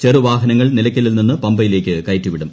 ചെറുവാഹനങ്ങൾ നിലയ്ക്കലിൽ നിന്ന് പമ്പയിലേക്ക് കയറ്റി വിടും